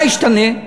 מה ישתנה?